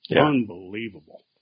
Unbelievable